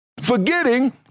Forgetting